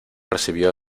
recibió